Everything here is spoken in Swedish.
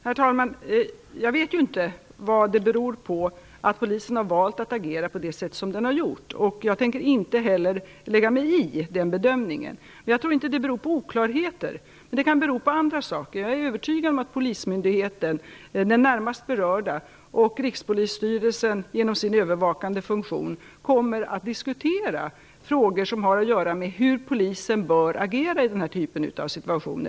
Herr talman! Jag vet inte vad det beror på att polisen har valt att agera på det sätt som har skett. Jag tänker inte heller lägga mig i den bedömningen. Jag tror inte att det beror på oklarheter - det kan bero på andra saker. Jag är övertygad om att den närmast berörda polismyndigheten och Rikspolisstyrelsen med sin övervakande funktion kommer att diskutera frågor som har att göra med hur Polisen bör agera i denna typ av situation.